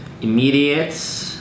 immediate